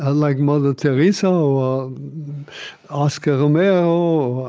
ah like mother teresa or oscar romero